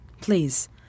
please